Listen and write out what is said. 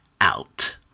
out